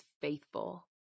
faithful